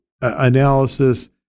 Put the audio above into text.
analysis